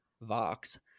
Vox